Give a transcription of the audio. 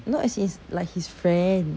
no as in it's like his friend